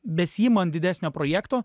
besiimant didesnio projekto